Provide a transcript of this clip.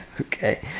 Okay